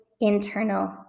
internal